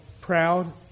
proud